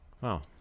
wow